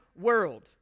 world